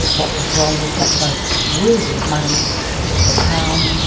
what was wrong with that most worthy of money the pound,